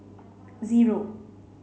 zero